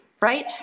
right